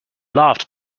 loved